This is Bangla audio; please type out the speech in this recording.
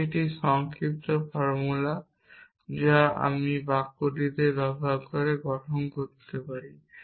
এটি একটি সংক্ষিপ্ত ফর্মুলা যা আমি বাক্যটিতে ব্যবহার করে গঠন করতে পারি